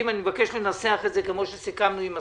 - אני מבקש לנסח את זה כמו שסיכמנו עם השר,